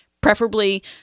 preferably